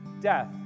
death